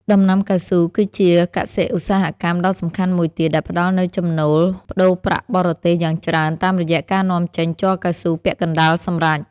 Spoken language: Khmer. ដំណាំកៅស៊ូគឺជាកសិឧស្សាហកម្មដ៏សំខាន់មួយទៀត ដែលផ្ដល់នូវចំណូលប្តូរប្រាក់បរទេសយ៉ាងច្រើនតាមរយៈការនាំចេញជ័រកៅស៊ូពាក់កណ្ដាលសម្រេច។